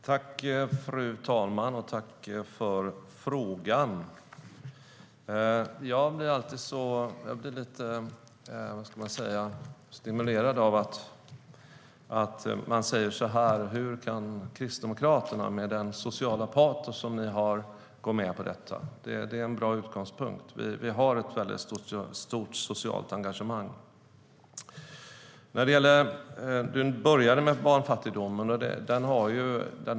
Du började med att ta upp barnfattigdomen.